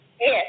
Yes